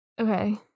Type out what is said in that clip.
Okay